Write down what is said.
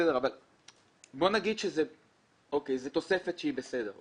בואו נגיד שהתוספת היא בסדר,